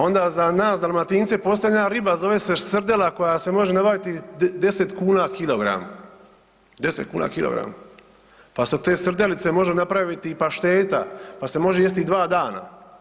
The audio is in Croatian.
Onda za nas Dalmatince postoji jedna riba zove se srdela koja se može nabaviti 10 kuna kilogram, 10 kuna kilogram, pa se od te srdelice može napraviti i pašteta, pa se može jesti i dva dana.